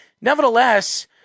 nevertheless